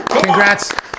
Congrats